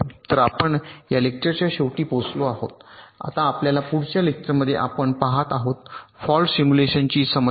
तर आपण या लेक्चरच्या शेवटी पोहोचलो आहोत आता आपल्या पुढच्या लेक्चरमध्ये आपण पहात आहोत फॉल्ट सिम्युलेशनची समस्या